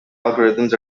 algorithms